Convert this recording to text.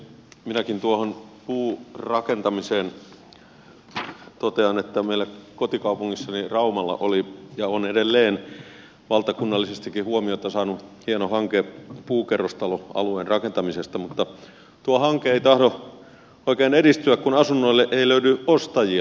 minäkin tuohon puurakentamiseen totean että kotikaupungissani raumalla oli ja on edelleen valtakunnallisestikin huomiota saanut hieno hanke puukerrostaloalueen rakentamisesta mutta tuo hanke ei tahdo oikein edistyä kun asunnoille ei löydy ostajia